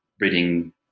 reading